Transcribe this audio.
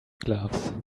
gloves